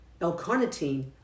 L-Carnitine